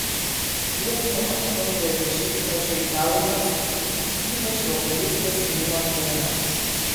dievinu aštuntojo dešimtmečio italų muziką ypač vokalistės minos dainas